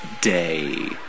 day